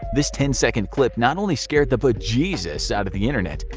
this ten second clip not only scared the but bejeezus out of the internet,